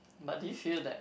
but do you feel that